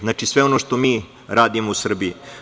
Znači, u sve ono što mi radimo u Srbiji.